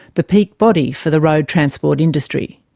the peak body for the road transport industry.